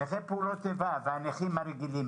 נכי פעולות איבה והנכים הרגילים